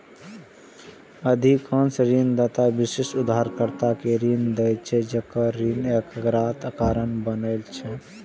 अधिकांश ऋणदाता विशिष्ट उधारकर्ता कें ऋण दै छै, जे ऋण एकाग्रताक कारण बनै छै